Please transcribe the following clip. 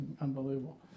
unbelievable